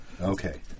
Okay